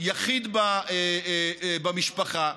יחיד במשפחה?